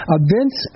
events